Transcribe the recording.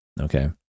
Okay